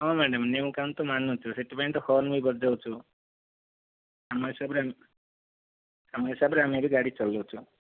ହଁ ମ୍ୟାଡାମ ନିୟମ କାନୁନ ତ ମାନୁଛୁ ସେଥିପାଇଁ ତ ହର୍ନ ବି ବଜାଉଛୁ ଆମ ହିସାବରେ ଆମେ ଆମ ହିସାବରେ ଆମେ ବି ଗାଡ଼ି ଚଲାଉଛୁ